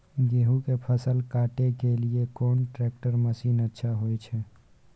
गेहूं के फसल काटे के लिए कोन ट्रैक्टर मसीन अच्छा होय छै?